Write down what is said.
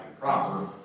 proper